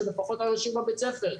שלפחות אנשים בבית הספר.